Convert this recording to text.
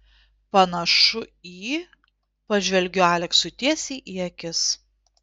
panašu į pažvelgiu aleksui tiesiai į akis